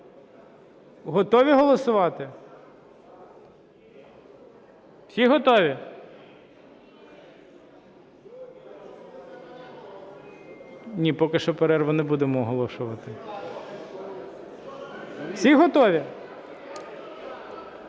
Готові голосувати? Всі готові? Ні, поки що перерву не будемо оголошувати. Всі готові?